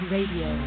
Radio